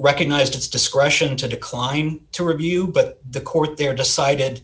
recognized its discretion to decline to review but the court there decided